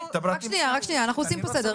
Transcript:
אנחנו עושים פה סדר.